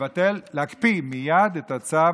להקפיא מייד את הצו